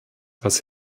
was